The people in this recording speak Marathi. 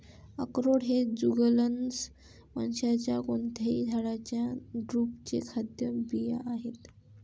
अक्रोड हे जुगलन्स वंशाच्या कोणत्याही झाडाच्या ड्रुपचे खाद्य बिया आहेत